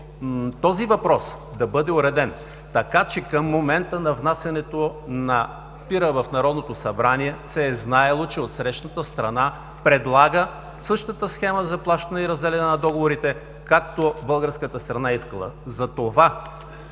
този въпрос да бъде уреден. Така че към момента на внасянето на Проекта за инвестиционен разход в Народното събрание се е знаело, че отсрещната страна предлага същата схема за плащане и разделяне на договорите, както българската страна е искала. Затова